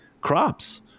crops